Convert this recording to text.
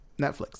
netflix